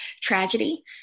tragedy